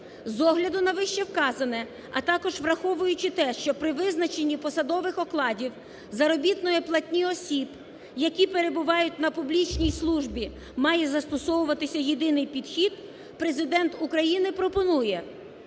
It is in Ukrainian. З огляду на вище вказане, а також враховуючи те, що при визначені посадових окладів, заробітної платні осіб, які перебувають на публічній службі, має застосовуватися єдиний підхід, Президент України пропонує